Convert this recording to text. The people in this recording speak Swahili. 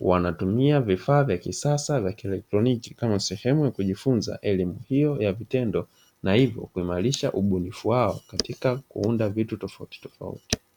Wanatumia vifaa vya kisasa vya kielektroniki, kama sehemu ya kujifunza elimu hiyo ya vitendo na hivyo kuimarisha ubunifu wao katika kuunda vitu tofautitofauti.